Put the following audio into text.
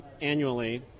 annually